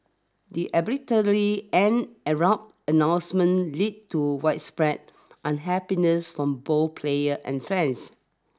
the arbitrary and abrupt announcement lead to widespread unhappiness from both player and friends